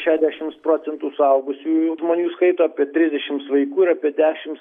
šešiasdešimts procentų suaugusiųjų žmonių skaito apie trisdešimts vaikų ir apie dešimts